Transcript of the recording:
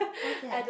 what's that